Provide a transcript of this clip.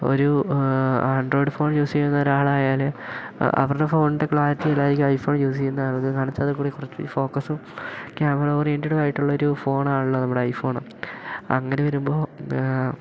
ഒരു Android phone use ചെയ്യുന്ന ഒരാളായാൽ അവരുടെ ഫോണിൻ്റെ ക്ലാരിറ്റി അല്ലായിരിക്കും ഐഫോൺ യൂസ് ചെയ്യുന്ന ആൾക്ക് കൂടി കുറച്ച് ഫോക്കസും ക്യാമറ ഓറിയൻറ്റഡും ആയിട്ടുള്ളൊരു ഫോൺ ആണല്ലോ നമ്മുടെ ഐഫോൺ അങ്ങനെ വരുമ്പോൾ